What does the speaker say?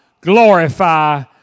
glorify